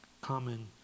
Common